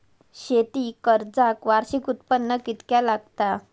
शेती कर्जाक वार्षिक उत्पन्न कितक्या लागता?